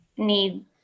need